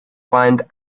find